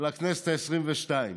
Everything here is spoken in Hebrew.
לכנסת העשרים-ושתיים.